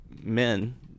men